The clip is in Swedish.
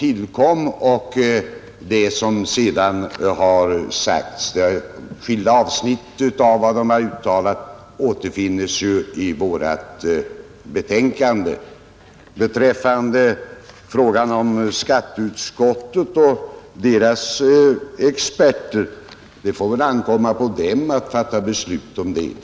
Beträffande skatteutskottet och experterna får det väl ankomma på ledamöterna i det utskottet att fatta beslut om detta.